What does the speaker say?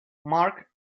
mark